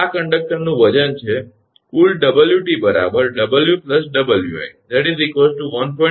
આ કંડક્ટરનું વજન છે કુલ 𝑊𝑇 𝑊 𝑊𝑖 1